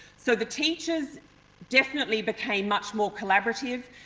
so, the teachers definitely became much more collaborative,